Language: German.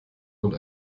und